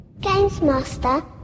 Gamesmaster